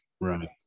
Right